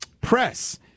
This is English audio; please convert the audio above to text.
press